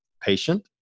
patient